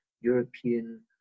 European